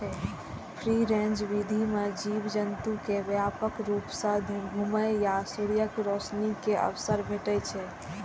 free range विधि मे जीव जंतु कें व्यापक रूप सं घुमै आ सूर्यक रोशनी के अवसर भेटै छै